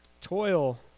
Toil